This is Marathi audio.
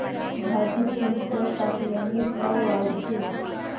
भाजीत चिंच टाकल्याने चव वाढते